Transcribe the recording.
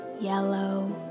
yellow